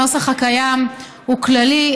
הנוסח הקיים הוא כללי,